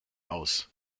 aus